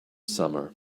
summer